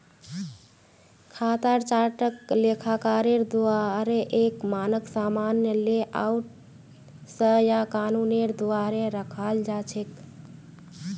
खातार चार्टक लेखाकारेर द्वाअरे एक मानक सामान्य लेआउट स या कानूनेर द्वारे रखाल जा छेक